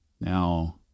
Now